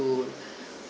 to